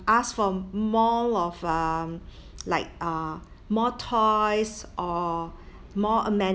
ask for more of um like uh more toys or more amenities